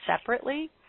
separately